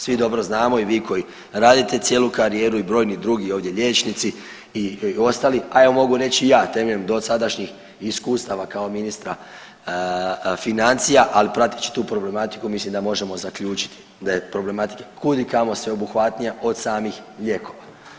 Svi dobro znamo i vi koji radite cijelu karijeru i brojni drugi ovdje liječnici i ostali, a ja mogu reći i ja temeljem dosadašnjih iskustava kao ministra financija, ali prateći tu problematiku mislim da možemo zaključiti da je problematika kud i kamo sveobuhvatnija od samih lijekova.